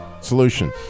solution